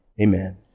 Amen